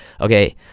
okay